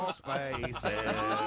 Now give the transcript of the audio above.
spaces